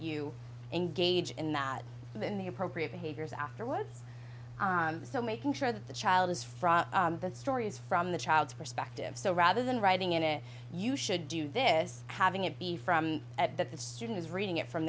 you engage in that in the appropriate behaviors afterwards so making sure that the child is fraught with stories from the child's perspective so rather than writing it you should do this having it be from at that the student is reading it from